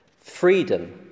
Freedom